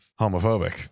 homophobic